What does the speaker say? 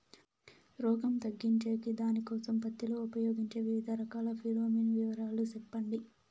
రోగం తగ్గించేకి దానికోసం పత్తి లో ఉపయోగించే వివిధ రకాల ఫిరోమిన్ వివరాలు సెప్పండి